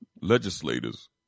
legislators